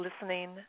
listening